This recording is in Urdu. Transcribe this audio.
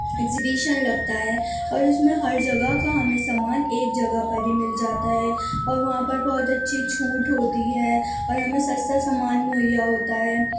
ایگزیبیشن لگتا ہے اور اس میں ہر جگہ کا ہمیں سامان ایک جگہ پر ہی مل جاتا ہے اور وہاں پر بہت اچھی چھوٹ ہوتی ہے اور ہمیں سستا سامان مہیا ہوتا ہے